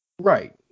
Right